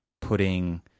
putting